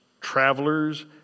travelers